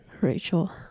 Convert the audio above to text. rachel